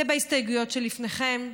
זה בהסתייגויות שלפניכם.